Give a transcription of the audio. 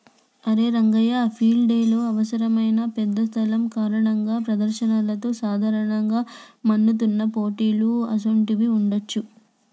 అరే రంగయ్య ఫీల్డ్ డెలో అవసరమైన పెద్ద స్థలం కారణంగా ప్రదర్శనలతో సాధారణంగా మన్నుతున్న పోటీలు అసోంటివి ఉండవచ్చా